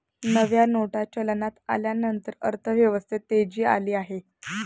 नव्या नोटा चलनात आल्यानंतर अर्थव्यवस्थेत तेजी आली आहे